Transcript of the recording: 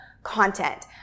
content